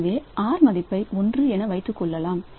எனவே Rமதிப்பை ஒன்று என வைத்துக் கொள்வோம்